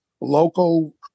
local